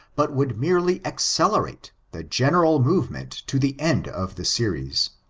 but would merely accelerate, the general movement to the end of the series.